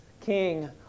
king